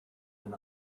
and